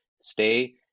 stay